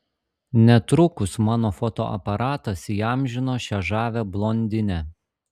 netrukus mano fotoaparatas įamžino šią žavią blondinę